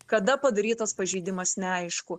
kada padarytas pažeidimas neaišku